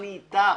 אני איתך.